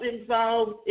involved